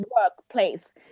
workplace